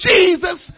Jesus